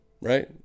Right